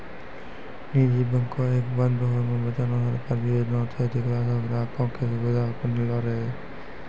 निजी बैंको के बंद होय से बचाना सरकारी योजना छै जेकरा से ग्राहको के सुविधा बनलो रहै